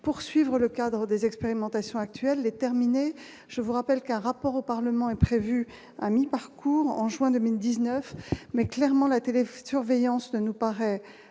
poursuivre le cadre des expérimentations avec. Duel est terminé, je vous rappelle qu'un rapport au Parlement est prévu à mi-parcours, en juin 2019 mais clairement, la télé futur veillant s'ne nous paraît